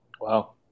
Wow